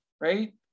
right